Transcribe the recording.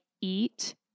eat